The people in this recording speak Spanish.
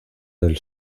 del